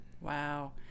wow